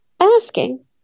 Asking